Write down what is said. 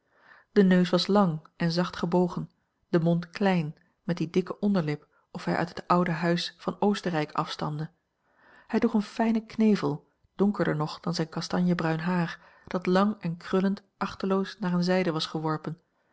de neus was lang en zacht gebogen de mond klein met dien dikken onderlip of hij uit het oude huis van oostenrijk afstamde hij droeg een fijnen knevel donkerder nog dan zijn kastanjebruin haar dat lang en krullend achteloos naar een zijde was geworpen